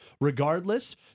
regardless